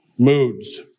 moods